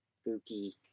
Spooky